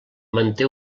manté